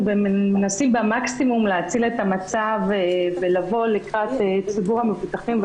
מנסים במקסימום להציל את המצב ולבוא לקראת ציבור המבוטחים,